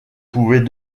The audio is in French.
pouvait